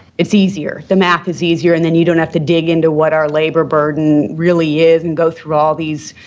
it's easier. the math is easier, and then you don't have to dig into what our labor burden really is and go through all these,